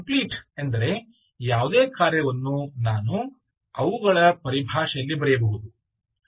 complete ಎಂದರೆ ಯಾವುದೇ ಕಾರ್ಯವನ್ನು ನಾನು ಅವುಗಳ ಪರಿಭಾಷೆಯಲ್ಲಿ ಬರೆಯಬಹುದು